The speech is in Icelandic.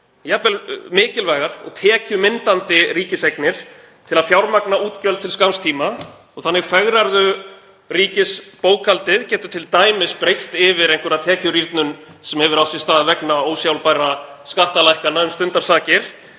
jafnvel mikilvægar og tekjumyndandi ríkiseignir, til að fjármagna útgjöld til skamms tíma og fegra þannig ríkisbókhaldið. Til dæmis má breiða yfir einhverja tekjurýrnun sem hefur átt sér stað vegna ósjálfbærra skattalækkana um stundarsakir